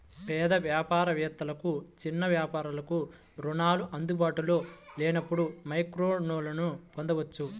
పేద వ్యాపార వేత్తలకు, చిన్న వ్యాపారాలకు రుణాలు అందుబాటులో లేనప్పుడు మైక్రోలోన్లను పొందొచ్చు